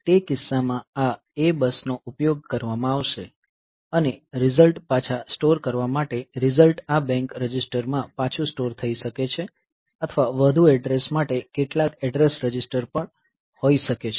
તે કિસ્સામાં આ A બસનો ઉપયોગ કરવામાં આવશે અને રિઝલ્ટ પાછા સ્ટોર કરવા માટે રિઝલ્ટ આ બેંક રજિસ્ટરમાં પાછું સ્ટોર થઈ શકે છે અથવા વધુ એડ્રેસ માટે કેટલાક એડ્રેસ રજિસ્ટર પર હોઈ શકે છે